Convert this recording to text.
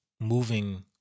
moving